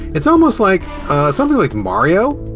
it's almost like something like mario,